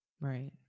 Right